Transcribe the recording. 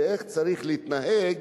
איך צריך להתנהג